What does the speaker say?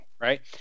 right